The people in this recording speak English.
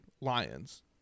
Lions